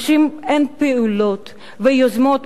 נשים הן פעילות ויוזמות,